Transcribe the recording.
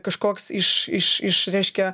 kažkoks iš iš iš reiškia